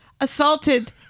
assaulted